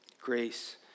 Grace